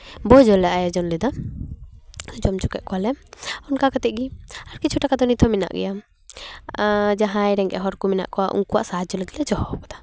ᱵᱷᱳᱡᱽ ᱦᱚᱸᱞᱮ ᱟᱭᱳᱡᱚᱱ ᱞᱮᱫᱟ ᱡᱚᱢ ᱪᱚ ᱠᱮᱫ ᱠᱚᱣᱟᱞᱮ ᱚᱱᱠᱟ ᱠᱟᱛᱮᱫ ᱜᱮ ᱟᱨ ᱠᱤᱪᱷᱩ ᱴᱟᱠᱟ ᱫᱚ ᱱᱤᱛ ᱦᱚᱸ ᱢᱮᱱᱟᱜ ᱜᱮᱭᱟ ᱟᱨ ᱡᱟᱦᱟᱸᱭ ᱨᱮᱸᱜᱮᱡ ᱦᱚᱲ ᱠᱚ ᱢᱮᱱᱟᱜ ᱠᱚᱣᱟ ᱩᱱᱠᱩᱣᱟᱜ ᱥᱟᱦᱟᱡᱽᱡᱳ ᱞᱟᱹᱜᱤᱫ ᱞᱮ ᱫᱚᱦᱚᱣ ᱠᱟᱫᱟ